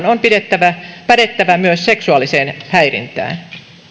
on pädettävä myös seksuaaliseen häirintään